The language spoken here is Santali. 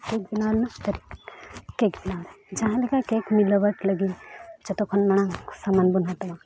ᱵᱮᱱᱟᱣ ᱛᱟᱨᱤᱠᱟ ᱵᱮᱱᱟᱣ ᱡᱟᱦᱟᱸ ᱞᱮᱠᱟ ᱢᱤᱞᱣᱴ ᱞᱟᱹᱜᱤᱫ ᱡᱚᱛᱚ ᱠᱷᱚᱱ ᱢᱟᱲᱟᱝ ᱥᱟᱢᱟᱱ ᱵᱚᱱ ᱦᱟᱛᱟᱣᱟ